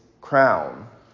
crown